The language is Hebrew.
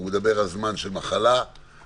הוא מדבר על זמן של מחלה וחירום,